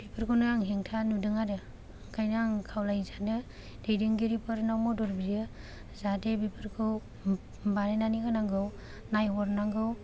बेफोरखौनो आं हेंथा नुदों आरो ओंखायनो आं खावलायनो सानो दैदेनगिरि फोरनाव मदद बियो जाहाथे बिफोरखौ बानायनानै होनांगौ नायहरनांगौ